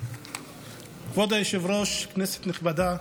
כבוד היושב-ראש, כנסת נכבדה,